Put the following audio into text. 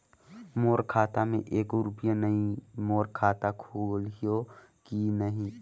मोर खाता मे एको रुपिया नइ, मोर खाता खोलिहो की नहीं?